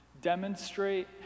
Demonstrate